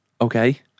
Okay